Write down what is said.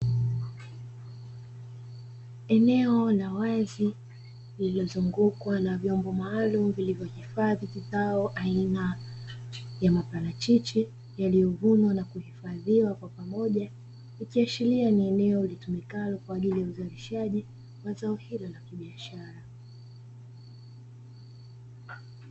Eneo la wazi, lililozungukwa na vyombo maalumu vilivyohifadhi mazao aina ya parachichi, yaliyovunwa na kuhifadhiwa kwa pamoja, ikiashiria ni eneo litumiwalo kwa ajili ya uzalishaji wa zao hilo la kibiashara.